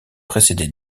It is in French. précédé